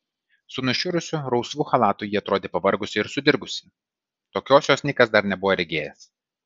su nušiurusiu rausvu chalatu ji atrodė pavargusi ir sudirgusi tokios jos nikas dar nebuvo regėjęs